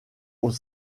aux